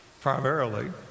primarily